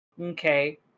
okay